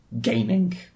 gaming